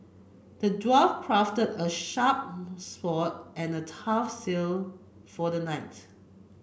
the dwarf crafted a sharp sword and a tough shield for the knight